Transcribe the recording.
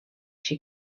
she